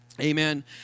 Amen